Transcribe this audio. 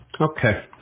Okay